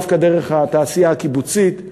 דווקא דרך התעשייה הקיבוצית,